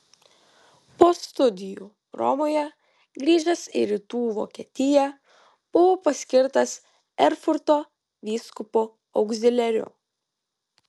po studijų romoje grįžęs į rytų vokietiją buvo paskirtas erfurto vyskupu augziliaru